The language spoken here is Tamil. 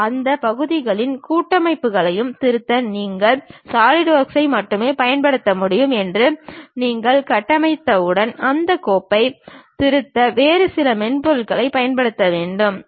அந்த பகுதிகளையும் கூட்டங்களையும் திருத்த நீங்கள் சாலிட்வொர்க்கை மட்டுமே பயன்படுத்த முடியும் என்று நீங்கள் கட்டமைத்தவுடன் அந்தக் கோப்பைத் திருத்த வேறு சில மென்பொருளைப் பயன்படுத்த முடியாது